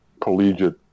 collegiate